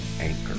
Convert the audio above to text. anchor